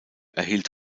erhielt